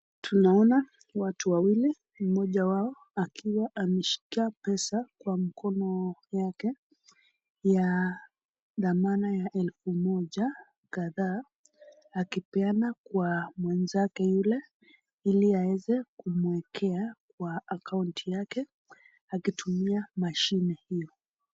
Tunaona watu wawili mmoja wao akiwa ameshika pesa kwa mkono yake ya dhamana ya elfu moja kadhaa akipeana kwa mwenzake yule ili aeze kumuekea kwa akaunti yake akitumia mashine hio.